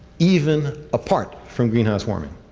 even apart from greenhouse warming.